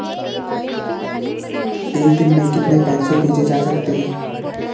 एक दिन में कितने पैसे भेजे जा सकते हैं?